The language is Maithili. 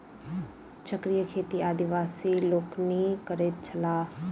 चक्रीय खेती आदिवासी लोकनि करैत छलाह